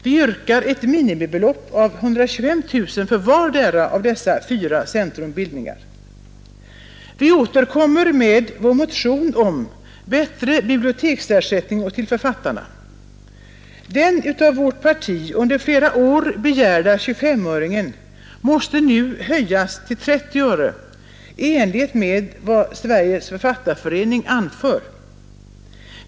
Vi yrkar ett minimibelopp av 125 000 kr för vardera av dessa fyra centrumbildningar. Vi återkommer med vår motion om bättre biblioteksersättning till författarna. Den av vårt parti under flera år begärda 25-öringen måste nu höjas till 30 öre i enlighet med vad Sveriges författarförening anför.